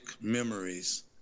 memories